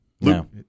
No